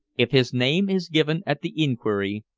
if his name is given at the inquiry,